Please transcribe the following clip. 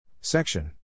Section